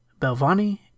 Belvani